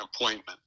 appointment